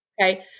Okay